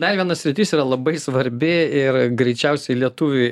dar viena sritis yra labai svarbi ir greičiausiai lietuviui